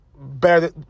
better